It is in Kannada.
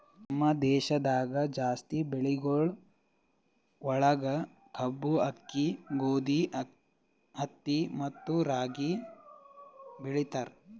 ನಮ್ ದೇಶದಾಗ್ ಜಾಸ್ತಿ ಬೆಳಿಗೊಳ್ ಒಳಗ್ ಕಬ್ಬು, ಆಕ್ಕಿ, ಗೋದಿ, ಹತ್ತಿ ಮತ್ತ ರಾಗಿ ಬೆಳಿತಾರ್